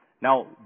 Now